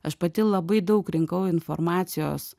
aš pati labai daug rinkau informacijos